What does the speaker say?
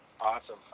Awesome